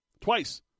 Twice